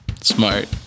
Smart